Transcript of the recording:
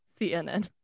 CNN